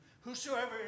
Whosoever